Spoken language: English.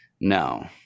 no